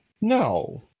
No